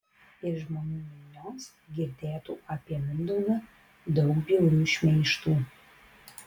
iš žmonių minios girdėtų apie mindaugą daug bjaurių šmeižtų